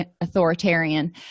authoritarian